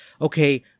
okay